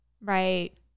Right